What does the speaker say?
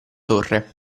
torre